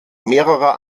mehrerer